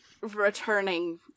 returning